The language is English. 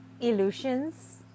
illusions